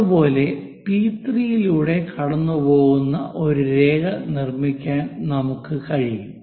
അതുപോലെ പി 3 ലൂടെ കടന്നുപോകുന്ന ഒരു രേഖ നിർമ്മിക്കാൻ നമുക്ക് കഴിയും